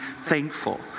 thankful